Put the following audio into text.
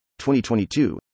2022